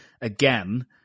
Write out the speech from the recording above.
again